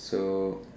so